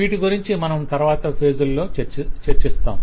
వీటి గురించి మనం తరవాత ఫేజ్ లలో చర్చిస్తాం